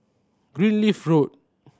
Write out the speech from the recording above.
Greenleaf Road